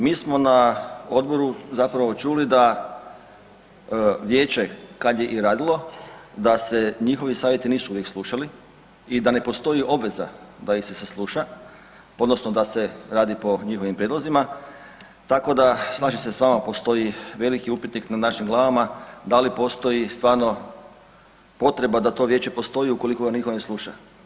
Mi smo na odboru čuli da vijeće kada je i radilo da se njihovi savjetni nisu uvijek slušali i da ne postoji obveza da ih se sasluša odnosno da se radi po njihovim prijedlozima, tako da slažem se s vama postoji velik upitnik nad našim glavama, da li postoji stvarno potreba da to vijeće postoji ukoliko ga nitko ne sluša.